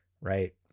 right